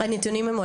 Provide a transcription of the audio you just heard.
הנתונים,